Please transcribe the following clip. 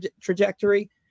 trajectory –